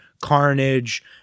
carnage